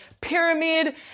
pyramid